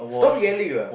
stop yelling lah